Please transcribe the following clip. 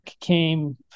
came